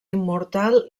immortal